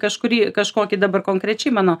kažkurį kažkokį dabar konkrečiai mano